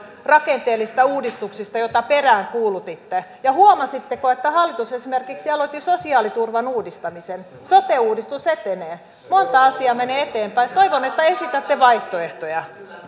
rakenteellisista uudistuksista joita peräänkuulutitte ja huomasitteko että hallitus esimerkiksi aloitti sosiaaliturvan uudistamisen sote uudistus etenee monta asiaa menee eteenpäin toivon että esitätte vaihtoehtoja